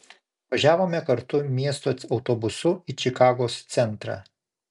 važiavome kartu miesto autobusu į čikagos centrą